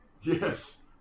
Yes